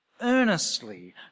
earnestly